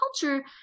culture